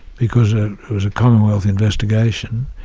because it was a commonwealth investigation,